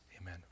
Amen